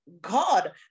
God